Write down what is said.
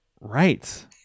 right